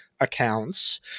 accounts